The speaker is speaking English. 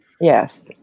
Yes